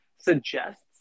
suggests